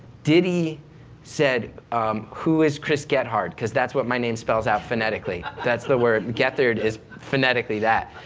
diddy said who is chris get hard? because that's what my name spells out phonetically, that's the word gethard is phonetically that.